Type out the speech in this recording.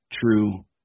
true